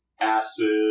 acid